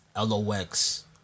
LOX